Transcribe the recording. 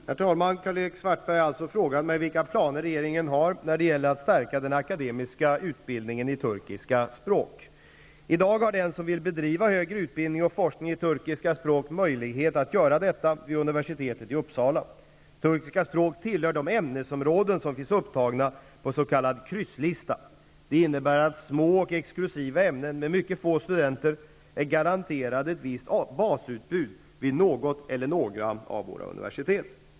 Herr talman! Karl-Erik Svartberg har frågat mig vilka planer regeringen har när det gäller att stärka den akademiska undervisningen i turkiska språk. I dag har den som vill bedriva högre utbildning och forskning i turkiska språk möjlighet att göra detta vid universitet i Uppsala. Turkiska språk tillhör de ämnesområden som finns upptagna på krysslista. Det innebär att små och exklusiva ämnen med mycket få studenter är garanterade ett visst basutbud vid något eller några av våra universitet.